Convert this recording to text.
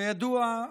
כידוע,